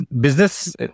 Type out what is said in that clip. Business